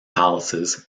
palaces